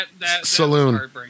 saloon